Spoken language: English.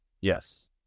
Yes